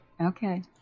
okay